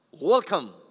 welcome